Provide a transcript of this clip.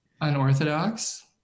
Unorthodox